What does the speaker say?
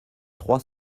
trois